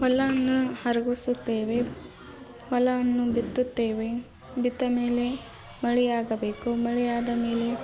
ಹೊಲವನ್ನ ಹರ್ಗಿಸುತ್ತೇವೆ ಹೊಲವನ್ನು ಬಿತ್ತುತ್ತೇವೆ ಬಿತ್ತ ಮೇಲೆ ಮಳೆಯಾಗಬೇಕು ಮಳೆ ಆದ ಮೇಲೆ